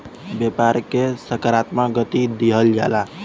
व्यापार के सकारात्मक गति दिहल जाला